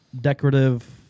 decorative